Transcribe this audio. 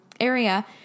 area